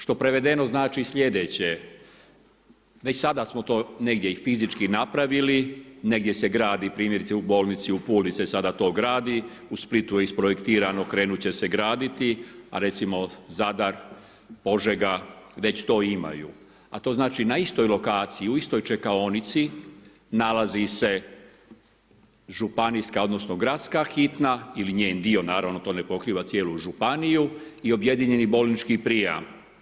Što prevedeno znači sljedeće, već sada smo to negdje i fizički napravili, negdje se gradi, primjerice u bolnici u Puli se sada to gradi, u Splitu je isprojektirano, krenut će se graditi, a recimo Zadar, Požega već to imaju, a to znači na istoj lokaciji u istoj čekaonici nalazi se županijska, odnosno gradska hitna ili njen dio naravno, to ne pokriva cijelu županiju i objedinjeni bolnički prijam.